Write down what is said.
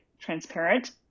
transparent